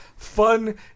fun